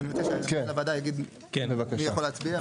רק אני מציע שמנהל הוועדה יגיד מי יכול להצביע.